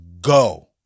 go